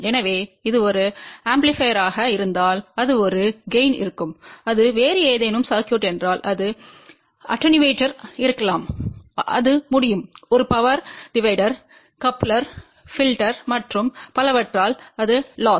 எனவே இது ஒரு ஆம்பிளிபையர்யாக இருந்தால் அது ஒரு கெய்ன்க இருக்கும் அது வேறு ஏதேனும் சர்க்யூட் என்றால் அது அட்டினியுஏடர்வாக இருக்கலாம் அது முடியும் ஒரு பவர் டிவைடர் கப்ளர் பில்டர் மற்றும் பலவற்றால் அது லொஸ்